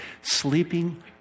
sleeping